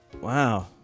Wow